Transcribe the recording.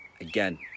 again